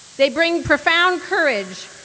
they bring profound courage,